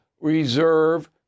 reserve